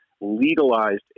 legalized